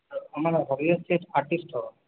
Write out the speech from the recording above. আমার হবি হচ্ছে আর্টিস্ট হওয়া